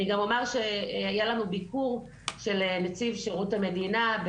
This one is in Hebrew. אני גם אומר שהיה לנו ביקור של נציב שירות המדינה,